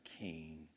king